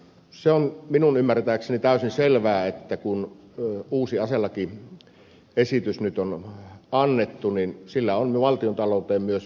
se on minun ymmärtääkseni täysin selvää että kun uusi aselakiesitys nyt on annettu niin sillä on valtiontalouteen myös fiskaalisia vaikutuksia